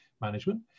management